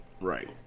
Right